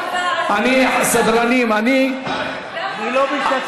סדרנים, גם בורח מהתשובה?